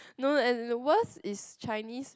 no no and the worst is Chinese